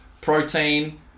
protein